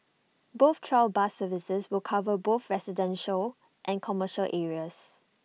both trial bus services will cover both residential and commercial areas